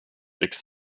etc